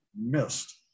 missed